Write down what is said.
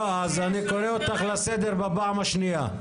אני קורא אותך לסדר בפעם השנייה.